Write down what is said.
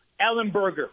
Ellenberger